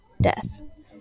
death